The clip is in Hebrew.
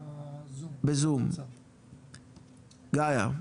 כן גאיה.